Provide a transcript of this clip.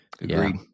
Agreed